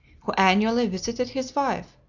who annually visited his wife,